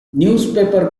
newspaper